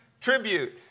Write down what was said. tribute